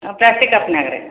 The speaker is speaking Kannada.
ಪ್ಯಾಸ್ಟಿಕ್ ಕಪ್ಪಿನಾಗೆ ರೀ